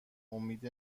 امید